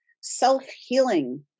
Self-Healing